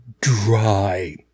dry